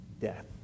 death